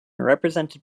represented